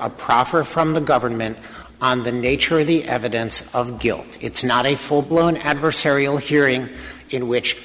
a proffer from the government on the nature of the evidence of guilt it's not a full blown adversarial hearing in which